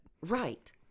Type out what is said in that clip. Right